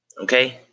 okay